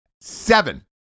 Seven